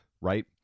right